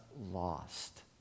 lost